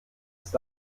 ist